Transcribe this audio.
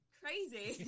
crazy